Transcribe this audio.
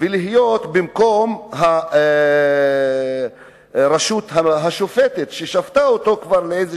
ולהיות במקום הרשות השופטת שכבר שפטה אותו לאיזה